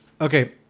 okay